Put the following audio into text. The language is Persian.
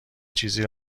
چیزی